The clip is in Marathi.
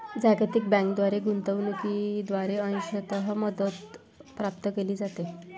जागतिक बँकेद्वारे गुंतवणूकीद्वारे अंशतः मदत प्राप्त केली जाते